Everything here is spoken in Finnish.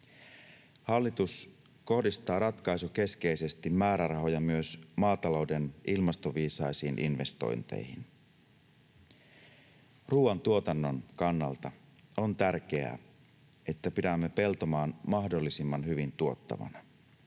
Hallitus kohdistaa ratkaisukeskeisesti määrärahoja myös maatalouden ilmastoviisaisiin investointeihin. Ruoantuotannon kannalta on tärkeää, että pidämme peltomaan mahdollisimman hyvin tuottavana.